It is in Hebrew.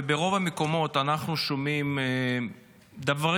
וברוב המקומות אנחנו שומעים דברים